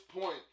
point